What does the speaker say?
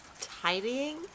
tidying